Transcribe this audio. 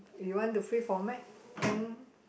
you want to free format then